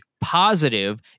positive